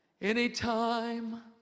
Anytime